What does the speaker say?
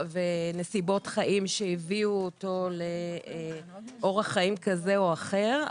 ונסיבות חיים שהביאו אותו לאורח חיים כזה או אחר,